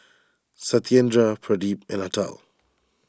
Satyendra Pradip and Atal